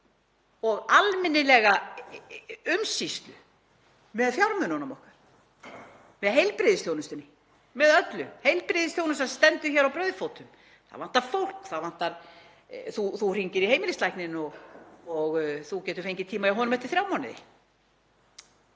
og almennilega umsýslu með fjármununum okkar, með heilbrigðisþjónustunni, með öllu. Heilbrigðisþjónustan stendur hér á brauðfótum. Það vantar fólk. Þú hringir í heimilislækni og þú getur fengið tíma hjá honum eftir þrjá mánuði.